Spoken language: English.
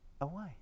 away